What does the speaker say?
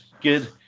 good